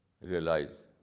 realize